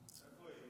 איפה היא?